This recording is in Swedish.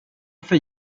för